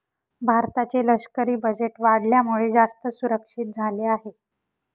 भारताचे लष्करी बजेट वाढल्यामुळे, जास्त सुरक्षित झाले आहे